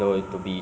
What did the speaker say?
think